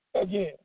again